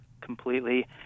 completely